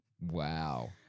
Wow